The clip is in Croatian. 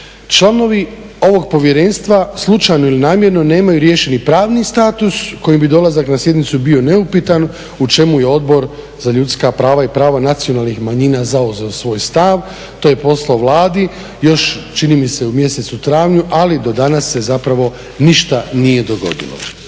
Članovi ovog povjerenstva slučajno ili namjerno nemaju riješeni pravni status kojim bi dolazak na sjednicu bio neupitan, u čemu je Odbor za ljudska prava i prava nacionalnih manjina zauzeo svoj stav, to je poslao Vladi još čini mi se u mjesecu travnju, ali do danas se zapravo ništa nije dogodilo.